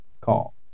call